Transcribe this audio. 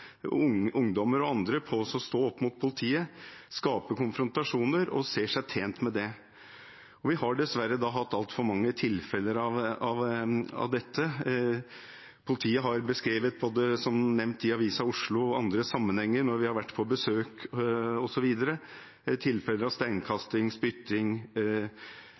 ungdommer og andre på å sette seg opp mot politiet og skape konfrontasjoner, og som ser seg tjent med det. Vi har dessverre hatt altfor mange tilfeller av dette. Politiet har beskrevet, både i Avisa Oslo og i andre sammenhenger, når vi har vært på besøk osv., tilfeller av steinkasting, spytting,